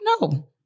no